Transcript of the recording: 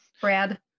brad